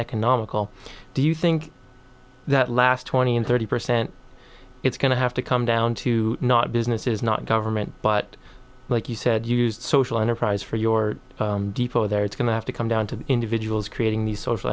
economical do you think that last twenty and thirty percent it's going to have to come down to not businesses not government but like you said use social enterprise for your depot there it's going to have to come down to individuals creating the social